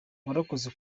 warakoze